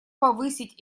повысить